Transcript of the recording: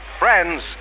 Friends